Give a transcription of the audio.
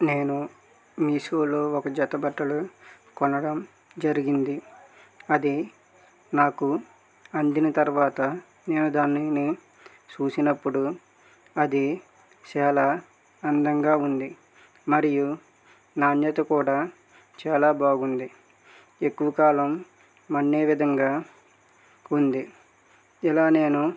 నేను మీషోలో ఒక జత బట్టలు కొనడం జరిగింది అది నాకు అందిన తరువాత నేను దానిని చూసినప్పుడు అది చాలా అందంగా ఉంది మరియు నాణ్యత కూడా చాలా బాగుంది ఎక్కువ కాలం మన్నే విధంగా ఉంది ఇలా నేను